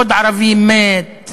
עוד ערבי מת,